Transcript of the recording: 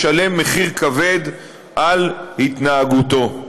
ישלם מחיר כבד על התנהגותו.